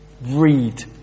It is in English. Read